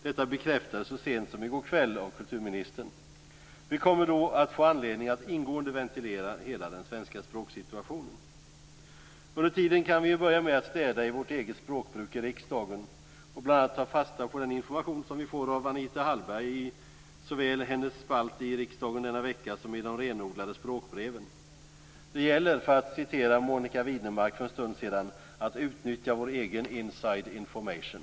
Detta bekräftades så sent som i går kväll av kulturministern. Vi kommer då att få anledning att ingående ventilera hela den svenska språksituationen. Under tiden kan vi ju börja med att städa i vårt eget språkbruk i riksdagen och bl.a. ta fasta på den information som vi får av Anita Hallberg i såväl hennes spalt i Riksdagsveckan som i de renodlade språkbreven. Det gäller - för att citera Monica Widnermark för en stund sedan - att utnyttja vår egen inside information.